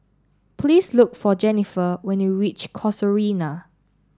please look for Jenifer when you reach Casuarina